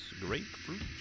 Grapefruit